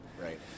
Right